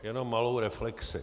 Jenom malou reflexi.